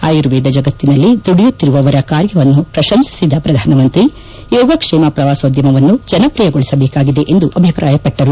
ಆಯುರ್ವೇದ ಜಗತ್ತಿನಲ್ಲಿ ದುಡಿಯುತ್ತಿರುವವರ ಕಾರ್ಯವನ್ನು ಪ್ರಶಂಸಿದ ಪ್ರಧಾನಮಂತ್ರಿ ಯೋಗಕ್ಷೇಮ ಪ್ರವಾಸೋದ್ಯಮವನ್ನು ಜನಪ್ರಿಯಗೊಳಿಸಬೇಕಾಗಿದೆ ಎಂದು ಅಭಿಪ್ರಾಯಪಟ್ಟಿದ್ದಾರೆ